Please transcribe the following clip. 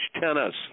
tennis